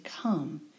come